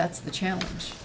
that's the challenge